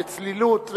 בצלילות,